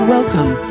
Welcome